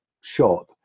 shot